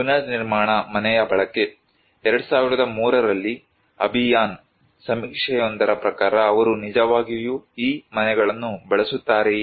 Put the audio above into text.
ಪುನರ್ನಿರ್ಮಾಣ ಮನೆಯ ಬಳಕೆ 2003 ರಲ್ಲಿ ಅಭಿಯಾನ್ ಸಮೀಕ್ಷೆಯೊಂದರ ಪ್ರಕಾರ ಅವರು ನಿಜವಾಗಿಯೂ ಈ ಮನೆಗಳನ್ನು ಬಳಸುತ್ತಾರೆಯೇ